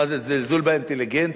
מה זה, זלזול באינטליגנציה?